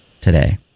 today